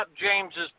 James's